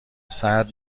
سرد